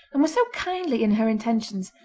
and was so kindly in her intentions,